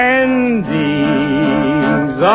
endings